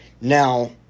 Now